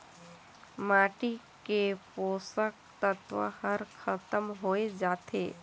माटी के पोसक तत्व हर खतम होए जाथे